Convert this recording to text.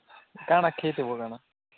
କାଣ ଖିଇଥିବୁ ବୋଲ